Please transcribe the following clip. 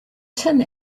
tin